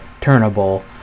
turnable